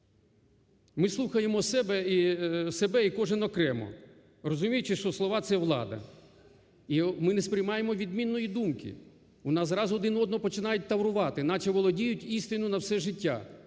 Ми слухаємо себе і кожен окремо, розуміючи, що слова – це влада. І ми не сприймаємо відмінної думки, у нас зразу один одного починають таврувати, наче володіють істинною на все життя.